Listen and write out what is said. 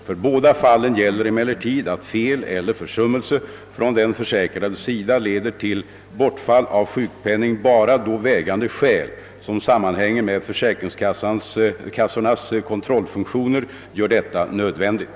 För båda fallen gäller emellertid att fel eller försummelse från den försäkrades sida leder till bortfall av sjukpenning bara då vägande skäl, som sammanhänger med försäkringskassornas kontrollfunktioner, gör detta nödvändigt.